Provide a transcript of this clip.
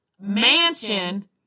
mansion